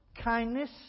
kindness